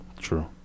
True